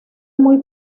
muy